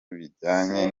bijyanye